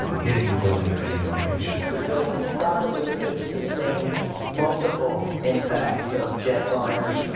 ah hitting the building at any location. the building probably could sustain multiple impacts of jetliners.